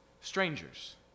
strangers